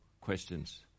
questions